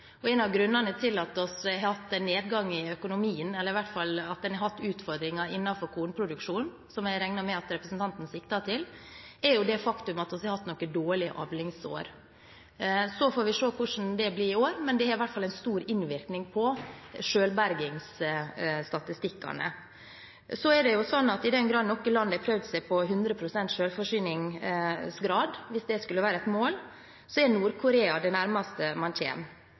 En av grunnene til at vi har hatt en nedgang i økonomien – eller hatt utfordringer innenfor kornproduksjonen, som jeg regner med at representanten sikter til – er det faktum at vi har hatt noen dårlige avlingsår. Vi får se hvordan det blir i år, men det har en stor innvirkning på selvbergingsstatistikkene. I den grad noe land har prøvd seg på 100 pst. selvforsyningsgrad, hvis det skulle være et mål, er Nord-Korea det nærmeste man